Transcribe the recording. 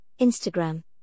Instagram